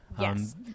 Yes